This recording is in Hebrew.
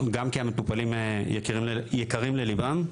גם כן המטופלים יקרים לליבם,